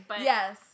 yes